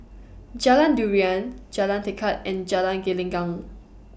Jalan Durian Jalan Tekad and Jalan Gelenggang